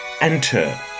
enter